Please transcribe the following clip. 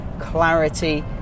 clarity